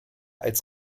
als